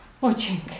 Watching